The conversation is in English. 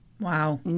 Wow